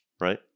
right